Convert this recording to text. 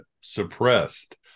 suppressed